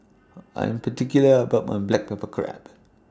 I'm particular about My Black Pepper Crab